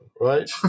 right